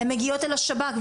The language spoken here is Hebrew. הן מגיעות אל השב"כ.